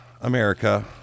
America